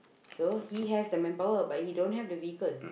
so he has the manpower but he don't have the vehicle